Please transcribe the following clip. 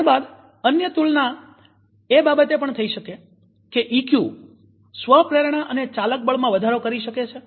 ત્યાર બાદ અન્ય તુલના એ બાબતે પણ થઇ શકે કે ઈક્યુ સ્વ પ્રેરણા અને ચાલકબળમાં વધારો કરી શકે છે